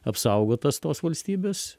apsaugotas tos valstybės